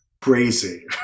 crazy